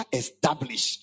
establish